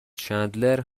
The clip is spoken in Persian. چندلر